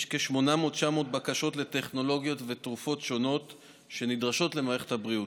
יש כ-800 900 בקשות לטכנולוגיות ותרופות שונות שנדרשות למערכת הבריאות.